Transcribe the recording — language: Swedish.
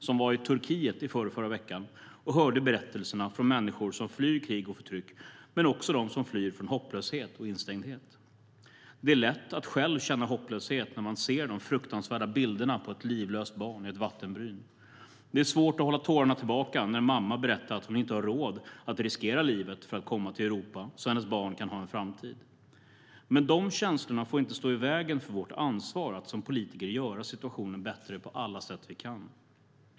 Hon var i Turkiet förrförra veckan och hörde berättelser från människor som flyr från krig och förtryck, men också människor som flyr från hopplöshet och instängdhet. Det är lätt att själv känna hopplöshet när man ser de fruktansvärda bilderna på ett livlöst barn i ett vattenbryn. Det är svårt att hålla tårarna tillbaka när en mamma berättar att hon inte har råd att riskera livet för att komma till Europa så att hennes barn kan ha en framtid. Men de känslorna får inte stå i vägen för vårt ansvar att som politiker göra situationen bättre på alla sätt vi kan.